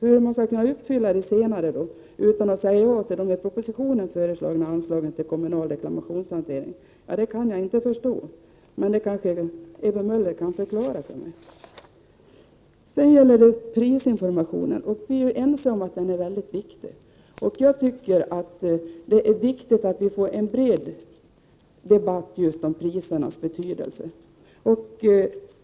Hur man skall kunna uppfylla det senare utan att säga ja till de i propositionen föreslagna anslagen till kommunal reklamationshantering, förstår jag inte. Men det kanske Ewy Möller kan förklara för mig. Vi är ense om att prisinformationen är mycket viktig. Det är enligt min mening angeläget att vi får till stånd en bred debatt om just prisernas betydelse.